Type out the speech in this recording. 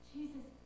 Jesus